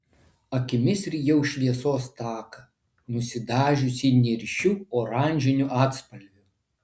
akimis rijau šviesos taką nusidažiusį niršiu oranžiniu atspalviu